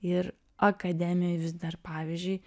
ir akademijoj vis dar pavyzdžiui